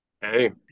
Hey